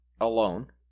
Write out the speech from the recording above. alone